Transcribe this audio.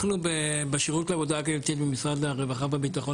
אנחנו בשירות לעבודה קהילתית במשרד הרווחה והביטחון